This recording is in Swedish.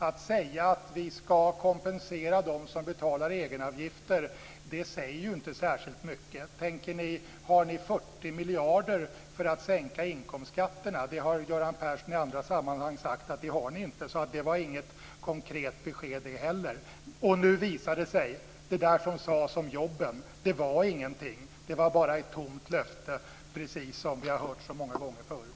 Att säga att ni skall kompensera dem som betalar egenavgifter säger inte särskilt mycket. Har ni 40 miljarder för att sänka inkomstskatterna? Det har Göran Persson i andra sammanhang sagt att ni inte har. Det var inget konkret besked det heller. Nu visar det sig att det som sades om jobben inte heller var någonting. Det var bara ett tomt löfte, precis som vi har hört så många gånger förut.